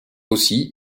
aussi